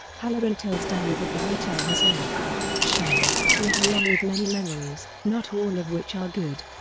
hallorann tells danny that the hotel has a shine to it along with many memories, not all of which are good.